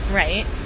right